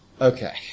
Okay